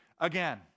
again